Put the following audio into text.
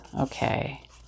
Okay